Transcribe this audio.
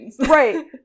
Right